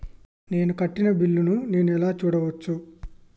నేను కట్టిన బిల్లు ను నేను ఎలా చూడచ్చు?